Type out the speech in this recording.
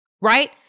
right